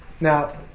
Now